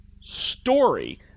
story